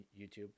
youtube